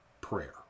prayer